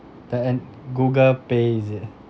the and google pay is it